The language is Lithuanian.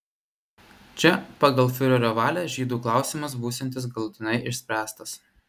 čia pagal fiurerio valią žydų klausimas būsiantis galutinai išspręstas